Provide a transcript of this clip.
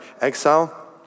exile